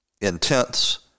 intense